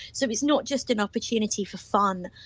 so it's not just an opportunity for fun,